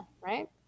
Right